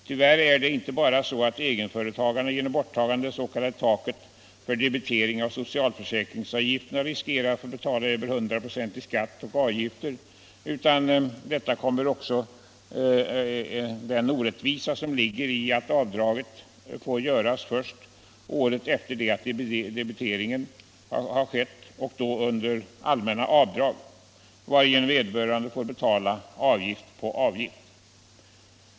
Tyvärr är det inte bara så att egenföretagarna genom borttagande av det s.k. taket för debitering av socialförsäkringsavgifter riskerar att få betala över 100 ?4 i skatt och avgifter utan till detta kommer så den orättvisa som ligger i att avdraget får göras först året efter det att debiteringen har skett och då under allmänna avdrag, varigenom vederbörande får betala avgift på avgift.